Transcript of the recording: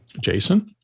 Jason